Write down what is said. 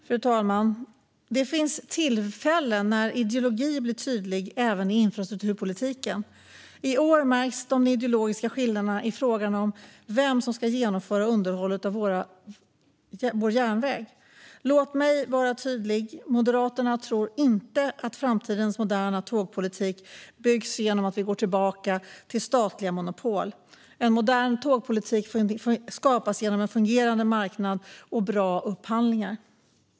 Fru talman! Det finns tillfällen när ideologin blir tydlig även i infrastrukturpolitiken. I år märks de ideologiska skillnaderna i frågan om vem som ska genomföra underhållet av järnvägen. Låt mig vara tydlig: Moderaterna tror inte att framtidens moderna tågpolitik byggs genom att man går tillbaka till statliga monopol. En modern tågpolitik skapas genom en fungerande marknad och bra upphandlingar.